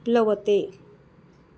प्लवते